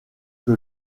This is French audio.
que